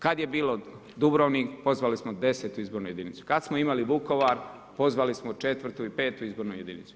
Kada je bilo Dubrovnik pozvali smo 10. izbornu jedinicu, kada smo imali Vukovar pozvali smo 4. i 5. izbornu jedinicu.